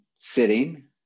sitting